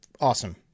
Awesome